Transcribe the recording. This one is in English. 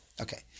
Okay